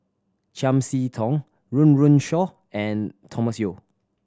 Chiam See Tong Run Run Shaw and Thomas Yeo